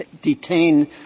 detain